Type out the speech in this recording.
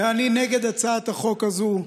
אני נגד הצעת החוק הזאת,